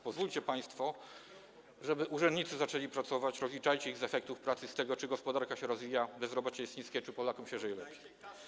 Pozwólcie państwo, żeby urzędnicy zaczęli pracować, rozliczajcie ich z efektów pracy, z tego, czy gospodarka się rozwija, bezrobocie jest niskie, czy Polakom żyje się lepiej.